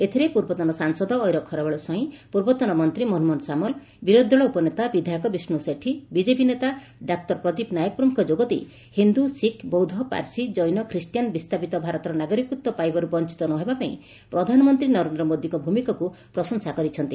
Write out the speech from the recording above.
ଏଥିରେ ପୂର୍ବତନ ସାଂସଦ ଐରଖାରବେଳ ସ୍ୱାଇଁ ପୂର୍ବତନ ମନ୍ତୀ ମନମୋହନ ସାମଲ ବିରୋଧଦଳ ଉପନେତା ବିଧାୟକ ବିଷ୍ଷୁ ସେଠୀ ବିଜେପି ନେତା ଡାକ୍ତର ପ୍ରଦୀପ ନାୟକ ପ୍ରମୁଖ ଯୋଗଦେଇ ହିନ୍ଦୁ ଶିଖ୍ ବୌଦ୍ଧ ପାର୍ସୀ ଜୈନଖ୍ରୀଷ୍ଟିୟାନ ବିସ୍ବାପିତ ଭାରତର ନାଗରିକତ୍ୱ ପାଇବାରୁ ବଂଚିତ ନ ହେବା ପାଇଁ ପ୍ରଧାନମନ୍ତୀ ନରେନ୍ଦ ମୋଦିଙ୍କ ଭ୍ରମିକାକୁ ପ୍ରଶଂସା କରିଛନ୍ତି